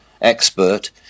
expert